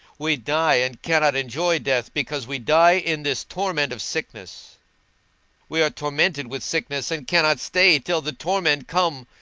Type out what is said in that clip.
we die, and cannot enjoy death, because we die in this torment of sickness we are tormented with sickness, and cannot stay till the torment come,